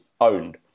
owned